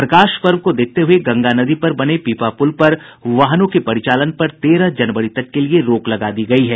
प्रकाशोत्सव को देखते हुए गंगा नदी पर बने पीपा पुल पर वाहनों के परिचालन पर तेरह जनवरी तक के लिए रोक लगा दी गयी है